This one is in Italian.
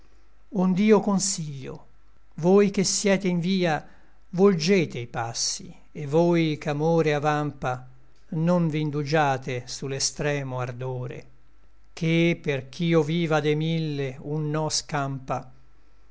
intoppo ond'io consiglio voi che siete in via volgete i passi et voi ch'amore avampa non v'indugiate su l'extremo ardore ché perch'io viva de mille un no scampa